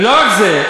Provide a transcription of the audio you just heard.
ולא רק זה,